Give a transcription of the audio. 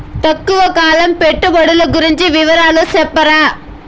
తక్కువ కాలం పెట్టుబడులు గురించి వివరాలు సెప్తారా?